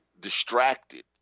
distracted